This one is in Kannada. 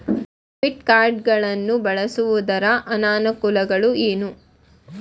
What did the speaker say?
ಡೆಬಿಟ್ ಕಾರ್ಡ್ ಗಳನ್ನು ಬಳಸುವುದರ ಅನಾನುಕೂಲಗಳು ಏನು?